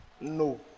no